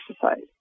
society